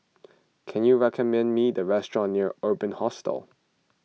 can you recommend me a restaurant near Urban Hostel